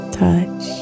touch